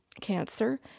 cancer